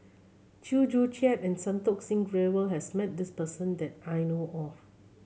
Chew Joo Chiat and Santokh Singh Grewal has met this person that I know of